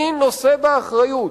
מי נושא באחריות?